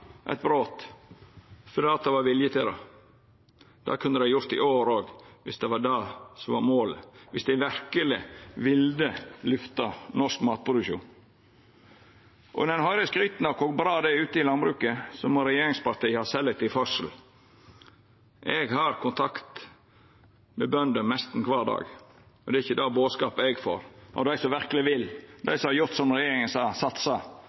eit brot fordi det var vilje til det. Det kunne dei ha gjort i år òg viss det var det som var målet – viss dei verkeleg ville lyfta norsk matproduksjon. Når ein høyrer skrytet av kor bra det er ute i landbruket, må regjeringspartia ha selektiv høyrsel. Eg har kontakt med bønder nesten kvar dag, og det er ikkje den bodskapen eg får frå dei som verkeleg vil, dei som har gjort som regjeringa sa – satsa,